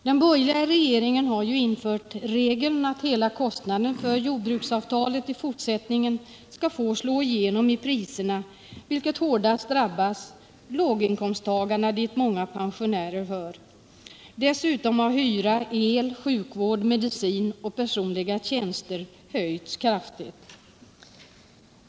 Den borgerliga regeringen har ju infört regeln att hela kostnaden för jordbruksavtalen i fortsättningen skall få slå igenom i priserna, vilket hårdast drabbar låginkomsttagarna dit många pensionärer hör. Dessutom har kostnaderna för hyra, el, sjukvård, medicin och personliga tjänster höjts kraftigt.